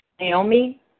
Naomi